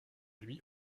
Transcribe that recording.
lui